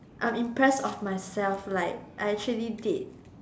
I am impressed of myself like I actually did